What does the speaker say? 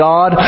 God